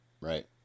Right